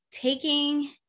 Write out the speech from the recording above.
taking